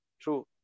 true